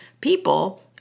people